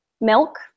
milk